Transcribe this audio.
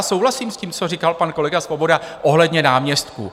Souhlasím s tím, co říkal pan kolega Svoboda ohledně náměstků.